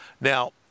Now